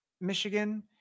Michigan